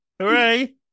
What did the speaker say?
Hooray